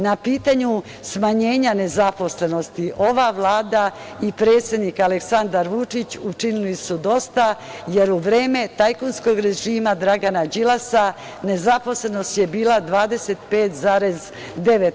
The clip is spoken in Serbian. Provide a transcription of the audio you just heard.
Na pitanju smanjenja nezaposlenosti ova Vlada i predsednik Aleksandar Vučić učinili su dosta, jer u vreme tajkunskog režima Dragana Đilasa nezaposlenost je bila 25,9%